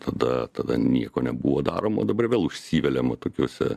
tada tada nieko nebuvo daroma o dabar vėl užsiveliama tokiuose